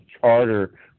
charter